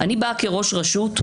אני באה כראש רשות,